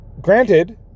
granted